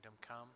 come